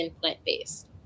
plant-based